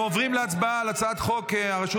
אנחנו עוברים להצבעה על הצעת חוק הרשות